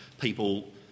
people